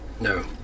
No